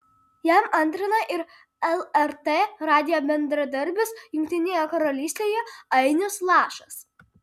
jam antrina ir lrt radijo bendradarbis jungtinėje karalystėje ainius lašas